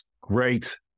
Great